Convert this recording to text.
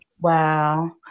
Wow